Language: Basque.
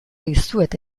dizuet